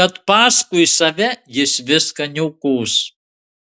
kad paskui save jis viską niokos